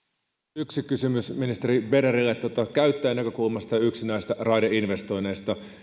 yksi kysymys ministeri bernerille käyttäjän näkökulmasta näistä raideinvestoinneista